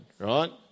right